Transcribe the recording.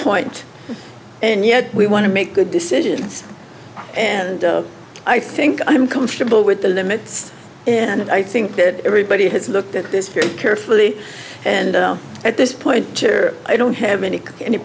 point and yet we want to make good decisions and i think i'm comfortable with the limits and i think that everybody has looked at this very carefully and at this point i don't have any any